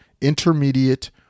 intermediate